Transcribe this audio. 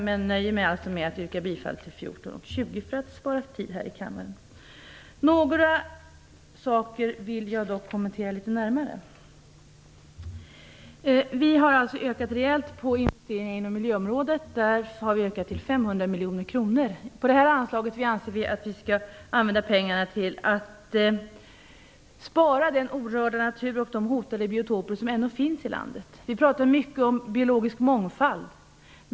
Men jag nöjer mig, som sagt, med att yrka bifall till reservationerna 14 och 20 för att spara tid åt kammaren. Några saker vill jag dock litet närmare kommentera. Vi har alltså rejält ökat på utdelningen till miljöområdet. Vi har ökat till 500 miljoner kronor. Beträffande det här anslaget anser vi att pengarna skall användas till att spara den orörda natur och de hotade biotoper som ändå finns i vårt land. Vi pratar mycket om biologisk mångfald.